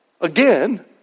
again